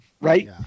Right